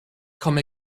komme